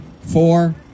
four